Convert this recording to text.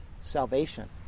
salvation